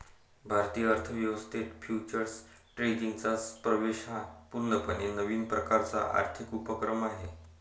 भारतीय अर्थ व्यवस्थेत फ्युचर्स ट्रेडिंगचा प्रवेश हा पूर्णपणे नवीन प्रकारचा आर्थिक उपक्रम आहे